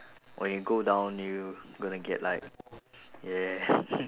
when you go down you gonna get like yeah